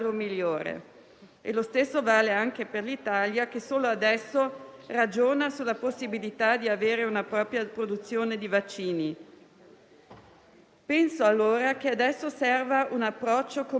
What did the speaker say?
Penso allora che adesso serva un approccio completamente diverso: non restare incastrati nel dibattito sulle prossime settimane, ma lavorare alla strategia per i prossimi mesi e anni.